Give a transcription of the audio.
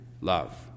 love